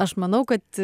aš manau kad